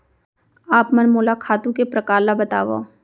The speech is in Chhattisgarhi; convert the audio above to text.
आप मन मोला खातू के प्रकार ल बतावव?